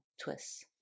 twists